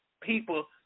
people